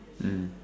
mm